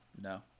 No